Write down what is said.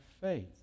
faith